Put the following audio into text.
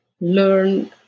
Learn